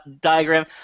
diagram